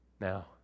Now